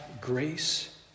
grace